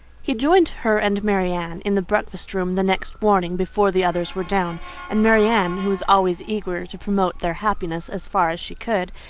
he joined her and marianne in the breakfast-room the next morning before the others were down and marianne, who was always eager to promote their happiness as far as she could,